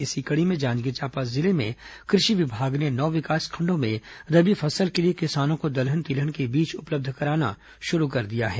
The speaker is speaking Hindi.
इसी कड़ी में जांजगीर चांपा जिले में कृषि विभाग ने नौ विकासखंडों में रवी फसल के लिए किसानों को दलहन तिलहन के बीज उपलब्ध कराना शुरू कर दिया है